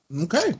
Okay